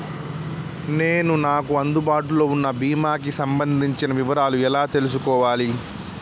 నేను నాకు అందుబాటులో ఉన్న బీమా కి సంబంధించిన వివరాలు ఎలా తెలుసుకోవాలి?